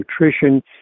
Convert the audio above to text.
nutrition